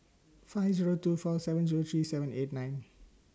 five Zero two four seven Zero three seven eight nine